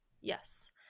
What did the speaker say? Yes